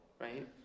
Right